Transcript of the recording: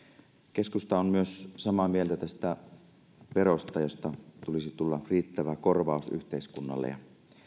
keskusta on samaa mieltä myös tästä verosta josta tulisi tulla riittävä korvaus yhteiskunnalle ja